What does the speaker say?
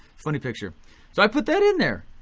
funny picture. so i put that in there.